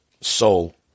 soul